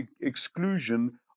exclusion